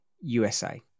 USA